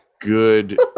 Good